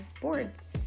boards